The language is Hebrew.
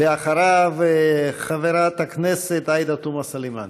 אחריו, חברת הכנסת עאידה תומא סלימאן.